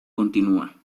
continua